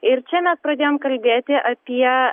ir čia mes pradėjom kalbėti apie